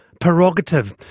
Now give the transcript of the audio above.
prerogative